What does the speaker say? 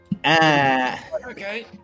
Okay